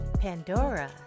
Pandora